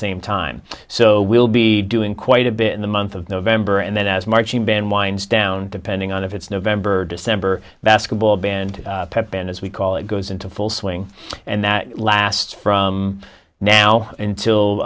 same time so we'll be doing quite a bit in the month of november and then as marching band winds down depending on if it's november or december basketball band pep band as we call it goes into full swing and that lasts from now until